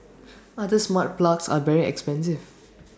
other smart plugs are very expensive